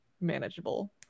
manageable